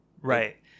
right